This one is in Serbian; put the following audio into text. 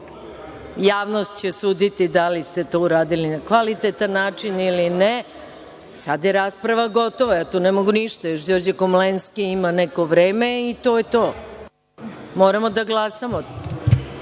Javnost će suditi da li ste to uradili na kvalitetan način ili ne. Sada je rasprava gotova, ja tu ne mogu ništa. Još Đorđe Komlenski ima neko vreme i to je to. Moramo da glasamo. Reč